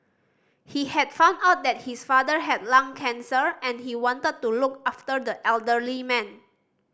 he had found out that his father had lung cancer and he wanted to look after the elderly man